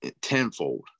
tenfold